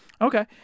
Okay